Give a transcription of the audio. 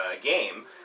game